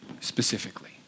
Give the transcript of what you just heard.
specifically